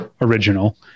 original